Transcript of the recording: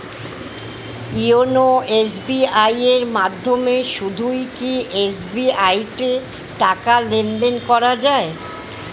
YONO SBI এর মাধ্যমে শুধুই কি এস.বি.আই তে টাকা লেনদেন করা যায়?